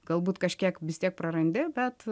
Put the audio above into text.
galbūt kažkiek vis tiek prarandi bet